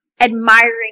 admiring